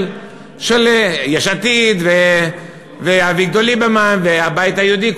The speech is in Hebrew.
יש עתיד ואביגדור ליברמן והבית היהודי,